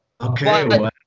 Okay